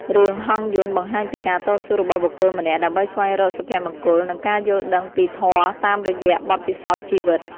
រឿង ហង្សយន្ត បង្ហាញពីការតស៊ូរបស់បុគ្គលម្នាក់ដើម្បីស្វែងរកសុភមង្គល និងការយល់ដឹងពីធម៌តាមរយៈបទពិសោធន៍ជីវិត។